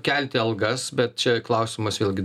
kelti algas bet čia klausimas vėlgi